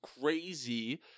crazy